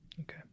Okay